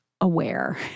aware